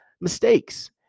mistakes